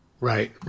Right